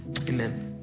Amen